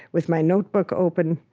with my notebook open,